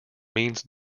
means